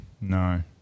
No